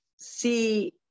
see